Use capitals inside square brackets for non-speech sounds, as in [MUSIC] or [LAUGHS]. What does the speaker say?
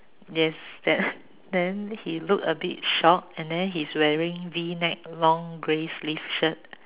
yes [LAUGHS] then he look a bit shocked and then he's wearing V neck long grey sleeve shirt